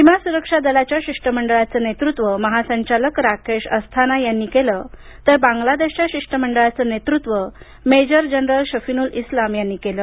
सीमा सुरक्षा दलाच्या शिष्टमंडळाचं नेतूत्व महासंचालक राकेश अस्थाना यांनी केलं तर बांगलादेशच्या शिष्टमंडळाचं नेतृत्व मेजर जनरल शफिनुल इस्लाम यांनी केलं